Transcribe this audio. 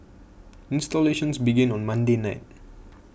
installations began on Monday night